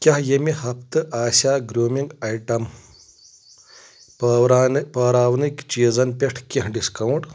کیٛاہ ییٚمہِ ہفتہٕ آسیا گروٗمِنگ آیٹم پٲروا پٲراونٕکۍ چیٖزن پٮ۪ٹھ کینٛہہ ڈسکاونٹ